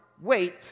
wait